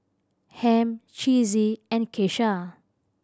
Ham Chessie and Keisha